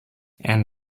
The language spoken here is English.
and